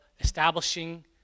establishing